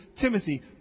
Timothy